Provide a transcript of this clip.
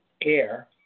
air